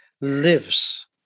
lives